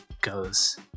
goes